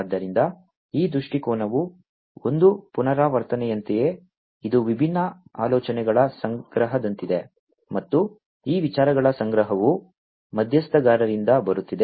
ಆದ್ದರಿಂದ ಈ ದೃಷ್ಟಿಕೋನವು ಒಂದು ಪುನರಾವರ್ತನೆಯಂತೆಯೇ ಇದು ವಿಭಿನ್ನ ಆಲೋಚನೆಗಳ ಸಂಗ್ರಹದಂತಿದೆ ಮತ್ತು ಈ ವಿಚಾರಗಳ ಸಂಗ್ರಹವು ಮಧ್ಯಸ್ಥಗಾರರಿಂದ ಬರುತ್ತಿದೆ